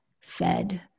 fed